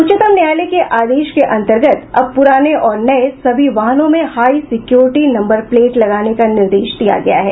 उच्चतम न्यायालय के आदेश के अंतर्गत अब पुराने और नये सभी वाहनों में हाई सिक्योरिटी नंबर प्लेट लगाने का निर्देश दिया गया है